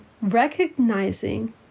recognizing